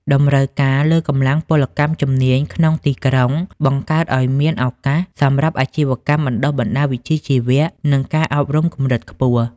តម្រូវការលើកម្លាំងពលកម្មជំនាញក្នុងទីក្រុង បង្កើតឱ្យមានឱកាសសម្រាប់អាជីវកម្មបណ្ដុះបណ្ដាលវិជ្ជាជីវៈ និងការអប់រំកម្រិតខ្ពស់។